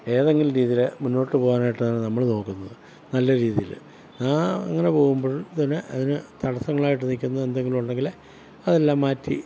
ഏതെങ്കിലും രീതിയിൽ മുന്നോട്ട് പോകാനായിട്ടാണ് നമ്മൾ നോക്കുന്നത് നല്ല രീതിയിൽ ആ അങ്ങനെ പോകുമ്പോൾ തന്നെ അതിന് തടസ്സങ്ങളായിട്ട് നിൽക്കുന്ന എന്തെങ്കിലും ഉണ്ടെങ്കിൽ അതെല്ലാം മാറ്റി